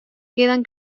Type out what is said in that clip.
quedan